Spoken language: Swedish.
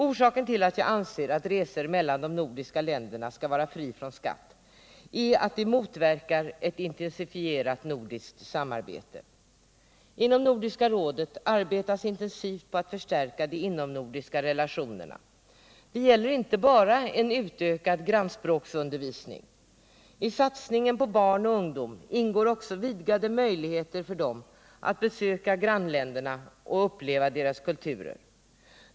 Orsaken till att jag anser att resor mellan de nordiska länderna skall vara fria från skatt är att en skatt skulle motverka ett intensifierat nordiskt samarbete. Inom Nordiska rådet arbetas intensivt på att förstärka de inomnordiska relationerna. Det gäller inte bara en utökad grannspråksundervisning. I satsningen på barn och ungdom ingår också vidgade möjligheter för dem att besöka grannländerna och uppleva deras kulturer.